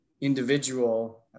individual